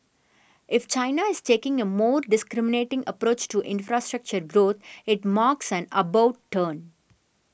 if China is taking a more discriminating approach to infrastructure growth it marks an about turn